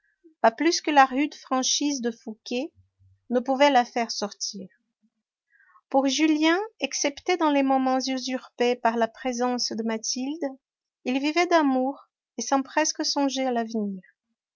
pas plus que la rude franchise de fouqué ne pouvaient la faire sortir pour julien excepté dans les moments usurpés par la présence de mathilde il vivait d'amour et sans presque songer à l'avenir